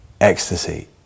ecstasy